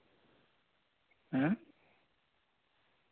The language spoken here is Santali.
ᱦᱩᱸ